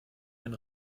ein